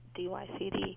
DYCD